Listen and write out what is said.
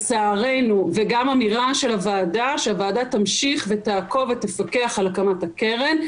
וגם אמירה של הוועדה שהוועדה תמשיך ותעקוב ותפקח על הקמת הקרן.